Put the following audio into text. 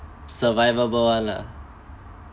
survivable one lah